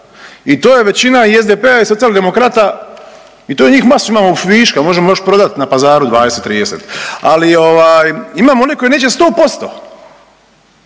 i to je većina i SDP-a i Socijaldemokrata i to je njih masu, imamo viška, možemo još prodat na pazaru 20-30, ali ovaj imamo one koji neće 100%,